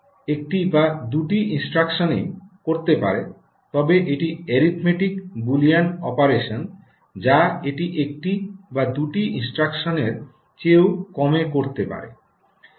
RISC একটি বা দুটি ইনস্ট্রাকশনে করতে পারে তবে এটি এরিথমেটিক বুলিয়ান অপারেশন যা এটি একটি বা দুটি ইনস্ট্রাকশনের চেয়েও কমে করতে পারে